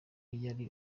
yari